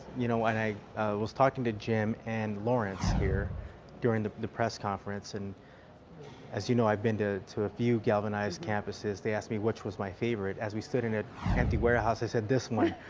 you know and i was talking to jim and lawrence here during the the press conference. and as you know, i've been to to a few galvanize campuses. they asked me which was my favorite. as we stood in an empty warehouse, i said this one,